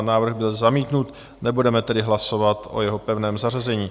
Návrh byl zamítnut, nebudeme tedy hlasovat o jeho pevném zařazení.